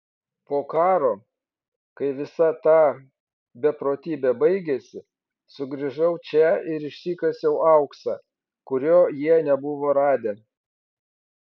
po karo kai visa ta beprotybė baigėsi sugrįžau čia ir išsikasiau auksą kurio jie nebuvo radę